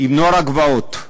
בנוער הגבעות.